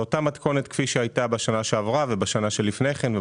באותה מתכונת כפי שהייתה בשנה שעברה ובשנתיים שלפני כן.